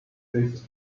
this